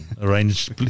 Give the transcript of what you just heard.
arrange